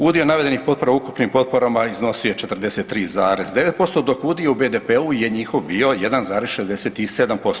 Udio navedenih potpora u ukupnim potporama iznosio je 43,9% dok udio u BDP-u je njihov bio 1,67%